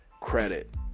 credit